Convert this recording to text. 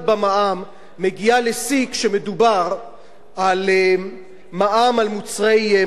מגיעה לשיא כשמדובר על מע"מ על מוצרי מזון בסיסיים.